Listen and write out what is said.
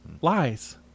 Lies